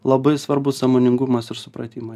labai svarbus sąmoningumas ir supratima